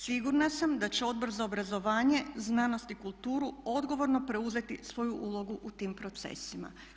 Sigurna sam da će Odbor za obrazovanje, znanost i kulturu odgovorno preuzeti svoju ulogu u tim procesima.